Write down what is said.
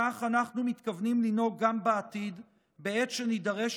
כך אנחנו מתכוונים לנהוג גם בעתיד בעת שנידרש